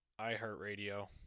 iHeartRadio